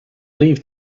leave